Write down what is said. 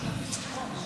קרויזר,